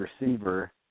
receiver